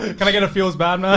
and can i get a feel as bad, man?